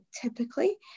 typically